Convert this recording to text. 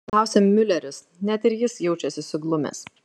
klausia miuleris net ir jis jaučiasi suglumęs